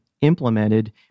implemented